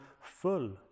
full